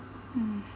mm